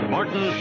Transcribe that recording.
Martin